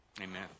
Amen